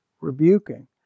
rebuking